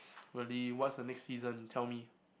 really what's the next season tell me